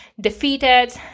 defeated